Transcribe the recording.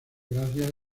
gracias